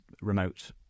remote